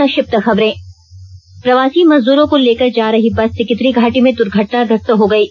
संक्षिप्त खबरें प्रवासी मजदूरों को लेकर जा रही बस सिकिदिरी घाटी में द्र्घटनाग्रस्त हो गयी